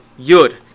Yud